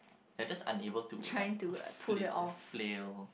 you're just unable to like flip flail